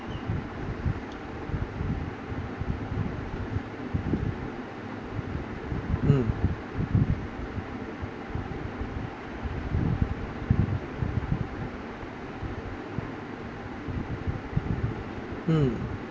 mm mm